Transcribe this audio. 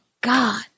God